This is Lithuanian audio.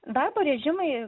darbo režimai